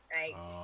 right